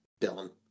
Dylan